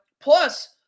Plus